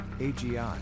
AGI